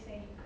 mm mm